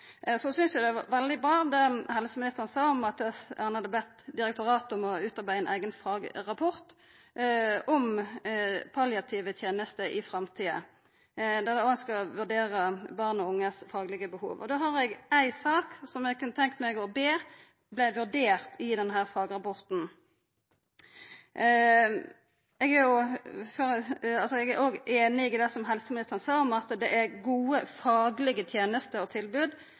Så synest eg det var bra det helseministeren sa om at han hadde bedt direktoratet om å utarbeida ein eigen fagrapport om palliative tenester i framtida, der ein òg skal vurdera barn og unges faglege behov. Eg er òg einig i det helseministeren sa om at det er gode faglege tenester og tilbod som nettopp kan hindra eit krav om aktiv dødshjelp i framtida. Men det er ei sak eg vil ta opp, og som eg ber om at